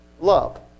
love